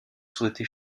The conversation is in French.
souhaiter